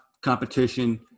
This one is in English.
competition